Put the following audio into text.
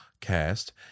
cast